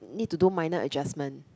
need to do minor adjustment